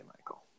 michael